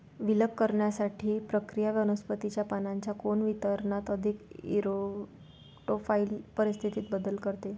विलग करण्याची प्रक्रिया वनस्पतीच्या पानांच्या कोन वितरणात अधिक इरेक्टोफाइल परिस्थितीत बदल करते